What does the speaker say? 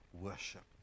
worship